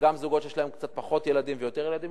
וגם זוגות שיש להם קצת פחות ילדים ויותר ילדים,